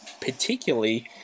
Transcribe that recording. particularly